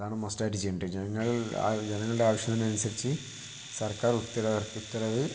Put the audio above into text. അതാണ് മസ്റ്റ് ആയിട്ട് ചെയ്യേണ്ടത് ജനങ്ങൾ ജനങ്ങളുടെ ആവശ്യത്തിനനുസരിച്ച് സർക്കാർ ഉത്തരവിറക്കി ഉത്തരവ്